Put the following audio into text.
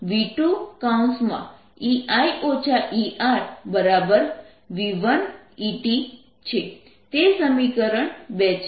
અને આv2EI ERv1ET છે તે સમીકરણ 2 છે